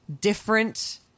different